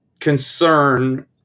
concern